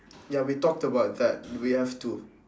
ya we talked about that we have two